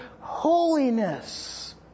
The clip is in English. holiness